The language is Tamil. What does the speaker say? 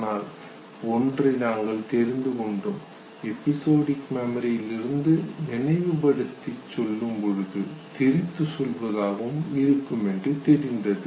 ஆனால் ஒன்றை நாங்கள் தெரிந்துகொண்டோம் எபிசொடிக் மெமரியில் இருந்து நினைவுபடுத்தி சொல்லும்பொழுது திரித்துக் சொல்வதாகவும் இருக்கும் என்று தெரிந்தது